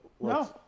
no